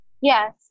Yes